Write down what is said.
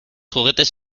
juguetes